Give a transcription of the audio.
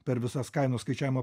per visas kainų skaičiavimo